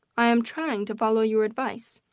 i am trying to follow your advice,